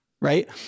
Right